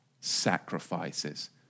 sacrifices